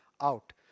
out